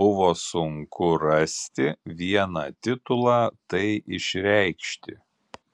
buvo sunku rasti vieną titulą tai išreikšti